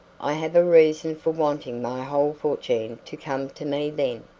i have a reason for wanting my whole fortune to come to me then.